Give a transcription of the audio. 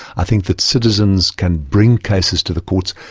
i think that citizens can bring cases to the courts.